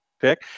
pick